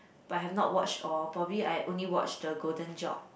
but have not watched all probably I only watch the Golden Job